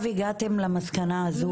הגעתם למסקנה הזו?